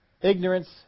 ignorance